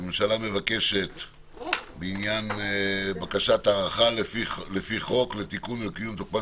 שהממשלה מבקשת הארכה לפי חוק לתיקון ולקיום תוקפן